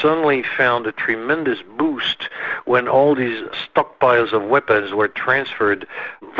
suddenly found a tremendous boost when all these stockpiles of weapons were transferred